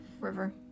River